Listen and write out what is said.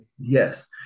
Yes